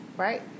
Right